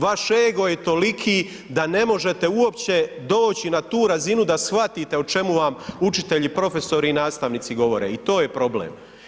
Vaš ego je toliki da ne možete uopće doći na tu razinu da shvatite o čemu vam učitelji, profesori i nastavnici govore i to je problem.